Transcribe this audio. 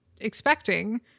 expecting